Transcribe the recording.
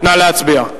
נא להצביע.